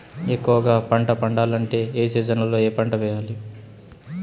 ఎక్కువగా పంట పండాలంటే ఏ సీజన్లలో ఏ పంట వేయాలి